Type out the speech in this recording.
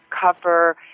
cover